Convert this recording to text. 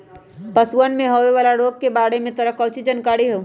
पशुअन में होवे वाला रोग के बारे में तोरा काउची जानकारी हाउ?